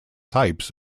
types